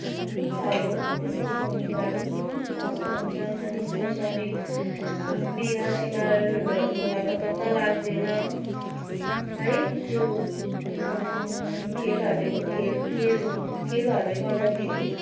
त्यही छ अब त्यसको भूमिकाहरू स्वस्थ हुन्छ मानिसको शरीर बिमार सिमारहरू हत्तपत्त लाग्दैन है त्यो खेलहरूले खेल खेलहरूले गर्दाखेरि